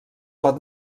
pot